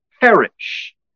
perish